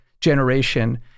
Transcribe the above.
generation